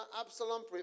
Absalom